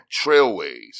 trailways